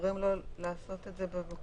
אומרים לו לעשות את זה בבידוד